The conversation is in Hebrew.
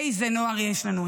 איזה נוער יש לנו.